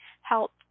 help